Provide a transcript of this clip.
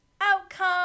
outcome